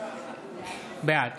בעד